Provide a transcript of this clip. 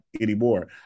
anymore